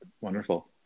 wonderful